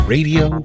Radio